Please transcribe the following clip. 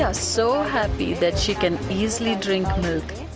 ah so happy that she can easily drink milk,